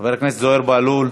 חבר הכנסת זוהיר בהלול,